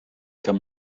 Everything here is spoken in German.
kann